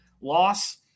loss